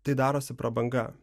tai darosi prabanga